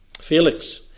Felix